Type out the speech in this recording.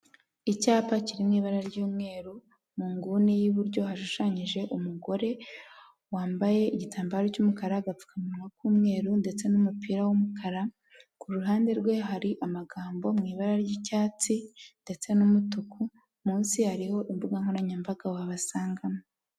Icyapa kiri mu ibara ry'umweru mu nguni y'iburyo hashushanyije umugore wambaye igitambaro cy'umukara agapfukamunwa k'umweru ndetse n'umupira w'umukara, ku ruhande rwe hari amagambo mu ibara ry'icyatsi ndetse n'umutuku ,munsi hariho imbuga nkoranyambaga wabasangamo.